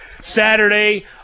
saturday